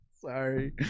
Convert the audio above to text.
Sorry